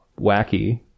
wacky